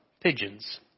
pigeons